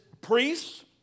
priests